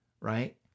right